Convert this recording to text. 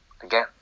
again